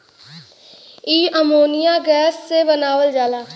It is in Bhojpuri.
इ अमोनिया गैस से बनावल जाला